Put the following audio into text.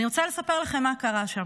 אני רוצה לספר יש לכם מה קרה שם.